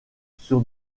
sur